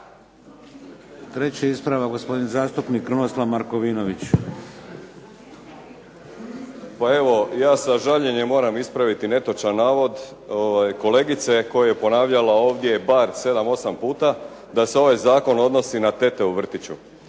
Treći ispravak, gospodin zastupnik Krunoslav Markovinović. **Markovinović, Krunoslav (HDZ)** Pa evo, ja sa željenjem moram ispraviti netočan navod kolegice koja je ponavljala ovdje bar 7, 8 puta da se ovaj zakon odnosi na tete u vrtiću.